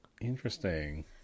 Interesting